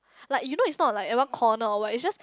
like you know is not like a one corner or what is just